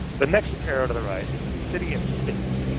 the next arrow to the right is the city and state.